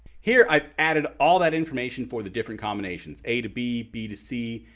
here i've added all that information for the different combinations a to b, b to c,